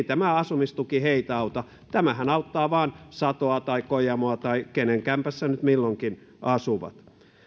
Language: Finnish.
tämä asumistuki heitä auta tämähän auttaa vain satoa tai kojamoa tai sitä kenen kämpässä nyt milloinkin asuvat